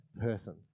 person